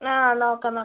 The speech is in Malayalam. ആ നോക്കാം നോക്കാം